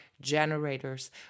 generators